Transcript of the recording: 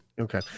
Okay